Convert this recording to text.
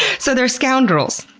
so they're scoundrels.